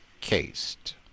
cased